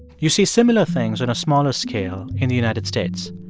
you see similar things on a smaller scale in the united states.